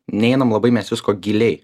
neinam labai mes visko giliai